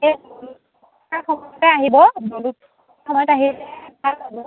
আহিব আহিলে ভাল হ'ব